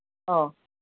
ꯑꯧ